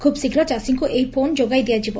ଖ୍ରବ୍ ଶୀଘ୍ର ଚାଷୀଙ୍କ ଏହି ଫୋନ ଯୋଗାଇ ଦିଆଯିବ